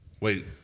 Wait